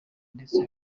ndetse